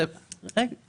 רגע.